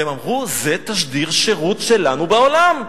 והם אמרו: זה תשדיר שירות שלנו בעולם.